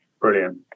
Brilliant